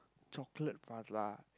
chocolate prata